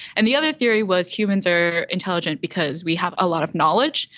and the other theory was humans are intelligent because we have a lot of knowledge.